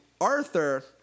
Arthur